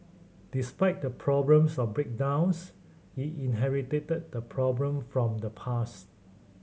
despite the problems of breakdowns he inherited the problem from the past